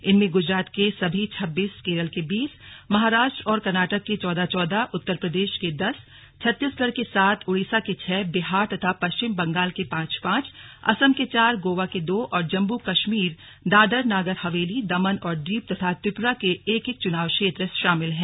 इनमें गुजरात के सभी छब्बीस केरल के बीस महाराष्ट्र और कर्नाटक के चौदह चौदह उत्तर प्रदेश के दस छत्तीससगढ़ के सात ओडिसा के छह बिहार तथा पश्चिम बंगाल के पांच पांच असम के चार गोवा के दो और जम्मू कश्मीर दादरा नगर हवेली दमन और दीव तथा त्रिपुरा के एक एक चुनाव क्षेत्र शामिल हैं